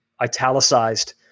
italicized